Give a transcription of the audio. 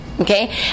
Okay